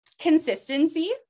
Consistency